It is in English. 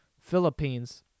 Philippines